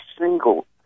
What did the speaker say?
single